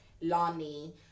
Lani